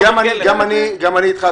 גם אני איתך,